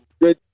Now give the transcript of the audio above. good